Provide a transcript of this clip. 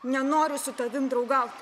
nenoriu su tavim draugaut